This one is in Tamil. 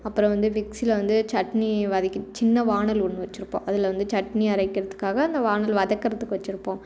அப்புறம் வந்து மிக்ஸியில சட்னி வதக்கி சின்ன வானல் ஒன்று வச்சிருப்போம் அதில் வந்து சட்னி அரைக்கிறதுக்காக அந்த வானல் வதக்கிறதுக்கு வச்சிருப்போம்